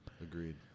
Agreed